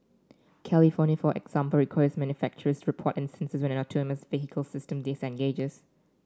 California for example requires manufacturers report instance when an autonomous vehicle system disengages